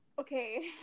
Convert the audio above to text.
Okay